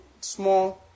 small